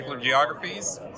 geographies